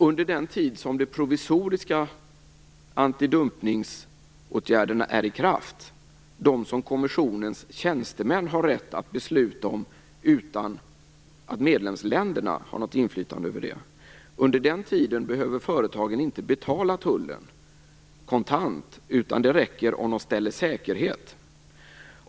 Under den tid som de provisoriska antidumpningsåtgärderna är i kraft, dvs. de som kommissionens tjänstemän har rätt att besluta om utan att medlemsländerna har något inflytande över det, behöver företagen inte betala tullen kontant. Det räcker om de ställer säkerhet.